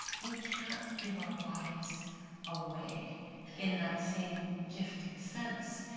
we can't give our bodies away in that same gifting sense.